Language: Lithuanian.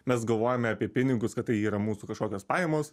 mes galvojame apie pinigus kad tai yra mūsų kažkokios pajamos